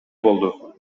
болду